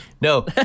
No